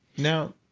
now,